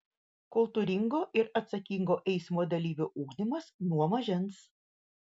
kultūringo ir atsakingo eismo dalyvio ugdymas nuo mažens